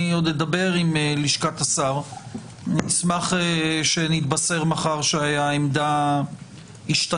אני עוד אדבר עם לשכת השר ואני אשמח שנתבשר מחר שהעמדה השתנתה